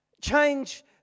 Change